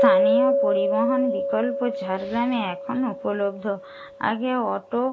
স্থানীয় পরিবহন বিকল্প ঝাড়গ্রামে এখনো উপলব্ধ আগে অটো